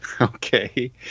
Okay